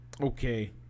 okay